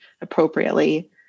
appropriately